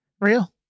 Real